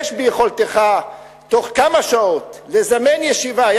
יש ביכולתך בתוך כמה שעות לזמן ישיבה,